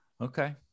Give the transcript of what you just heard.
okay